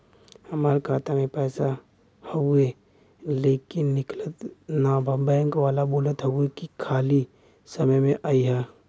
हमार खाता में पैसा हवुवे लेकिन निकलत ना बा बैंक वाला बोलत हऊवे की खाली समय में अईहा